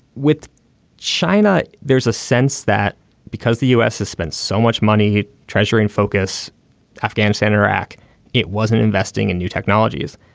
with china. there's a sense that because the u s. has spent so much money treasury in focus afghanistan and iraq it wasn't investing in new technologies.